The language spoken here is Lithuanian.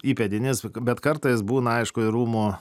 įpėdinis bet kartais būna aišku ir rūmų